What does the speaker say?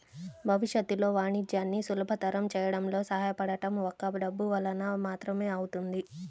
భవిష్యత్తులో వాణిజ్యాన్ని సులభతరం చేయడంలో సహాయపడటం ఒక్క డబ్బు వలన మాత్రమే అవుతుంది